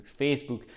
Facebook